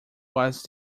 was